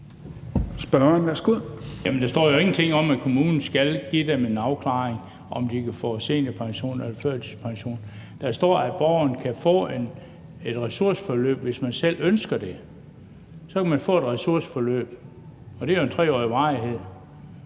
Bøgsted (DF): Jamen der står jo ingenting om, at kommunen skal give dem en afklaring, i forhold til om de kan få seniorpension eller førtidspension. Der står, at borgeren kan få et ressourceforløb, hvis man selv ønsker det – så kan man få et ressourceforløb, og det af 3 års varighed.